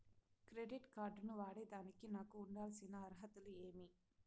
Credit card ను వాడేదానికి నాకు ఉండాల్సిన అర్హతలు ఏమి?